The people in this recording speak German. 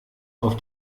auf